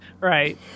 right